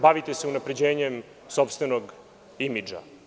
Bavite se unapređenjem sopstvenog imidža.